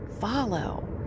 follow